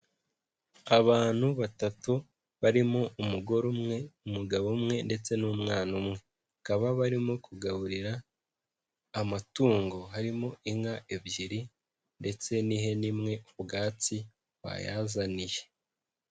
Abantu batatu barimo umugore umwe, umugabo umwe ndetse n'umwana umwe, bakaba barimo kugaburira amatungo, harimo inka ebyiri ndetse n'ihene imwe ubwatsi bayazaniye.